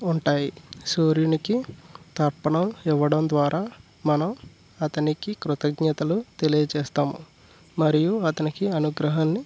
ఉంటాయి సూర్యునికి తర్పణం ఇవ్వడం ద్వారా మనం అతనికి కృతజ్ఞతలు తెలియచేస్తాం మరియు అతనికి అనుగ్రహాన్ని